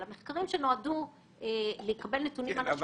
אלא מחקרים שנועדו לקבל נתונים כדי